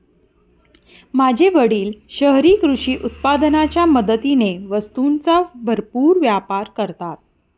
माझे वडील शहरी कृषी उत्पादनाच्या मदतीने वस्तूंचा भरपूर व्यापार करतात